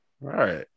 right